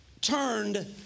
turned